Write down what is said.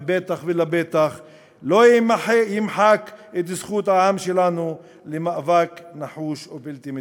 ובטח ובטח לא ימחקו את זכות העם שלנו למאבק נחוש ובלתי מתפשר.